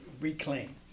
reclaim